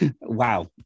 Wow